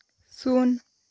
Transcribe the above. ᱥᱩᱱ